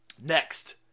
Next